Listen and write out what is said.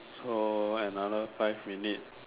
so another five minute